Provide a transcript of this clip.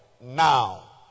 Now